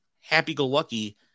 happy-go-lucky